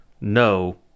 No